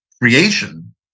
creation